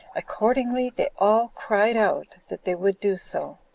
accordingly, they all cried out that they would do so.